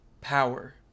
Power